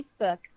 Facebook